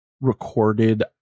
recorded